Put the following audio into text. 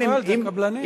קיבלת, הקבלנים.